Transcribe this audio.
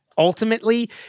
Ultimately